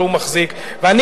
בבקשה,